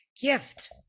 gift